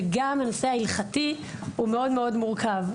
וגם הנושא ההלכתי הוא מאוד מורכב.